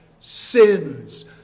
Sins